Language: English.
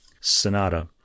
sonata